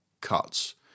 cuts